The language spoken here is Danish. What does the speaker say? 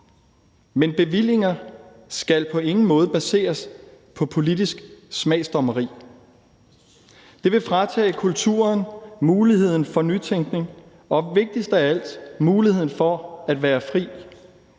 men bevillinger skal på ingen måde baseres på politisk smagsdommeri. Det vil fratage kulturen muligheden for nytænkning og vigtigst af alt muligheden for at være fri.